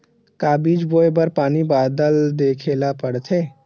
का बीज बोय बर पानी बादल देखेला पड़थे?